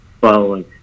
following